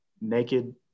naked